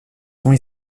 sont